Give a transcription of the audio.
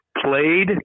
played